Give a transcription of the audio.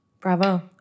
Bravo